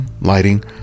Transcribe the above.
lighting